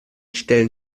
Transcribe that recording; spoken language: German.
stellen